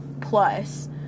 plus